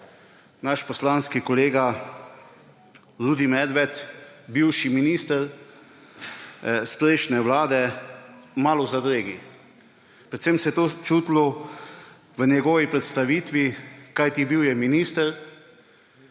naš poslanski kolega Rudi Medved, bivši minister iz prejšnje vlade, malo v zadregi. Predvsem se je to čutilo v njegovi predstavitvi, kajti bil je minister,